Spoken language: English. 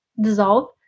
dissolve